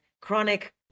chronic